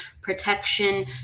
protection